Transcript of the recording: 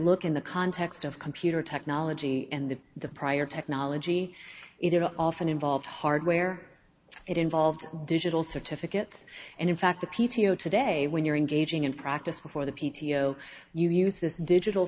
look in the context of computer technology and the the prior technology it often involved hardware it involved digital certificates and in fact the p t o today when you're engaging in practice before the p t o you use this digital